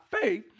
faith